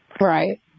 Right